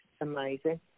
amazing